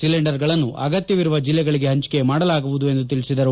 ಸಿಲಿಂಡರ್ಗಳನ್ನು ಅಗತ್ಯವಿರುವ ಜಿಲ್ಲೆಗಳಿಗೆ ಹಂಚಿಕೆ ಮಾಡಲಾಗುವುದು ಎಂದು ತಿಳಿಸಿದರು